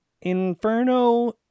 Inferno